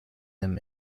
them